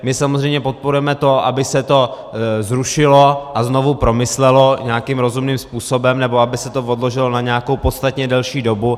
My samozřejmě podporujeme to, aby se to zrušilo a znovu promyslelo nějakým rozumným způsobem, nebo aby se to odložilo na nějakou podstatně delší dobu.